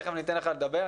תכף ניתן לך לדבר,